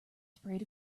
sprayed